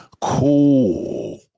cool